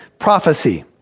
prophecy